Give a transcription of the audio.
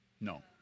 No